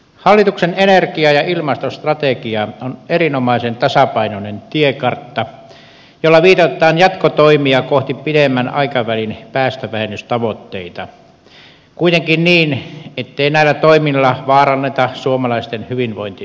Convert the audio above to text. hallituksen energia ja ilmastostrategia on erinomaisen tasapainoinen tiekartta jolla viitataan jatkotoimia kohti pidemmän aikavälin päästövähennystavoitteita kuitenkin niin ettei näillä toimilla vaaranneta suomalaisten hyvinvointiyhteiskuntaa